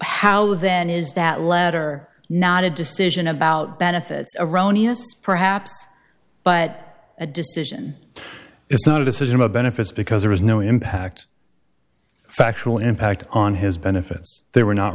how then is that letter not a decision about benefits erroneous perhaps but a decision it's not a decision about benefits because there is no impact factual impact on his benefits they were not